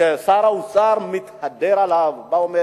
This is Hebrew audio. ששר האוצר מתהדר בו,